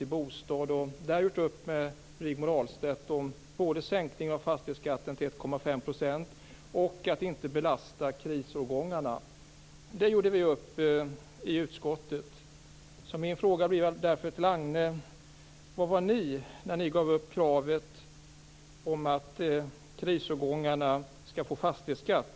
Där har jag gjort upp med Rigmor Ahlstedt om både sänkning av fastighetsskatten till 1,5 % och om att inte belasta krisårgångarna. Det gjorde vi upp om i utskottet. Min fråga till Agne Hansson blir då: Var var ni när ni gav upp kravet i fråga om att krisårgångarna skall få fastighetsskatt?